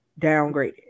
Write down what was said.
downgraded